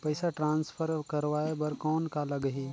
पइसा ट्रांसफर करवाय बर कौन का लगही?